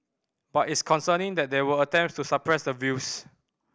but it's concerning that there were attempts to suppress the views